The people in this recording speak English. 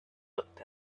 looked